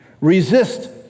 resist